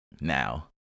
now